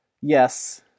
Yes